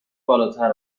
بالاتر